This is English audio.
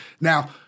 Now